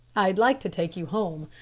i'd like to take you home.